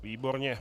Výborně.